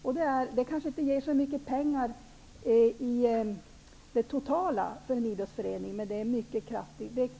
Det kanske totalt sett inte ger så mycket pengar för en idrottsförening, men det ger ändock